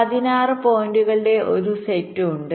16 പോയിന്റുകളുടെ ഒരു സെറ്റ് ഉണ്ട്